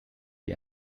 die